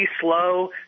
slow